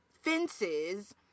Fences